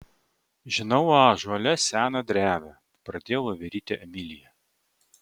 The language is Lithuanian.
žinau ąžuole seną drevę pradėjo voverytė emilija